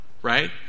Right